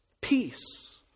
peace